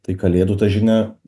tai kalėdų ta žinia